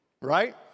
right